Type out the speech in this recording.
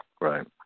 Right